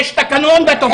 יש תקנון ואת עוברת עליו.